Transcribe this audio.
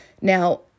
Now